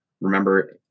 Remember